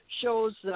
shows